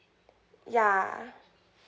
ya